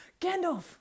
Gandalf